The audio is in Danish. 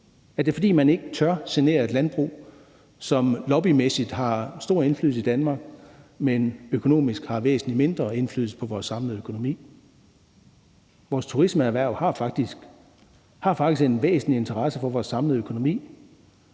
Er det, fordi man ikke tør at genere et landbrug, som lobbymæssigt har stor indflydelse i Danmark, men økonomisk har væsentlig mindre indflydelse på vores samlede økonomi? Vores turismeerhverv har faktisk en væsentlig interesse for vores samlede økonomi.